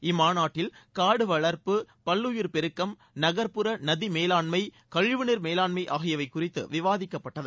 இம்மாநாட்டில் காடு வளர்ப்பு பல்லுயிர் பெருக்கம் நகர்ப்புற நதி மேலாண்மை கழிவு நீர் மேலாண்மை ஆகியவை குறித்து விவாதிக்கப்பட்டது